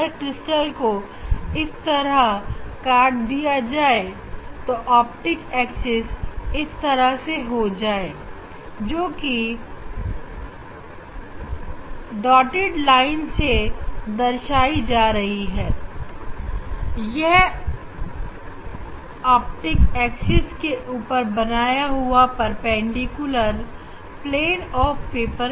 अगर क्रिस्टल को इस तरह कट किया जाए कि ऑप्टिक एक्सिस इस तरह से हो जाए जोकि बिंदु लाइन से दर्शाई जा रही है यह ऑप्टिक एक्सिस के ऊपर बनाया हुआ परपेंडिकुलर प्लेन ऑफ पेपर